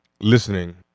listening